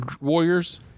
Warriors